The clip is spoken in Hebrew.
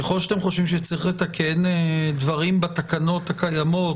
ככל שאתם חושבים שצריך לתקן דברים בתקנות הקיימות,